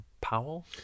Powell